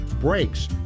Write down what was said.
brakes